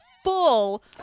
Full